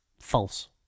false